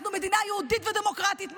אנחנו מדינה יהודית ודמוקרטית,